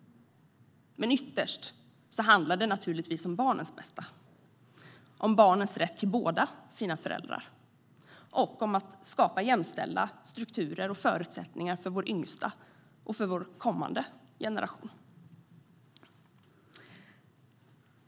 Men ytterst handlar det naturligtvis om barnens bästa - om barnens rätt till båda sina föräldrar och om att skapa jämställda strukturer och förutsättningar för vår yngsta, kommande generation.